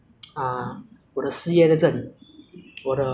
还有我所认识的东西 ya 不管是语言 ah 还是